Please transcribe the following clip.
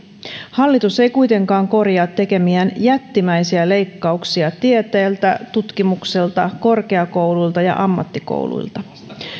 hallitus ei kuitenkaan korjaa tekemiään jättimäisiä leikkauksia tieteeltä tutkimukselta korkeakouluilta ja ammattikouluilta